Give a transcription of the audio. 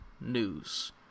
news